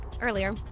Earlier